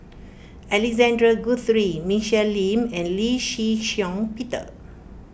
Alexander Guthrie Michelle Lim and Lee Shih Shiong Peter